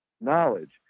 knowledge